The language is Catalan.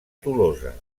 tolosa